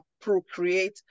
procreate